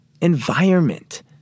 environment